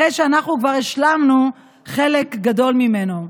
אחרי שאנחנו כבר השלמנו חלק גדול ממנו.